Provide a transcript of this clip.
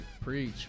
preach